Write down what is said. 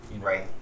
right